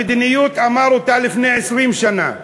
המדיניות, אמר אותה לפני 20 שנה: